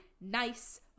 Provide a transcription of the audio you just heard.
nice